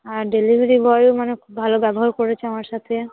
আর delivery বয়ও মানে খুব ভালো ব্যবহার করেছে আমার সাথে